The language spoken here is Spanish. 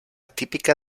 típica